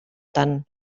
tant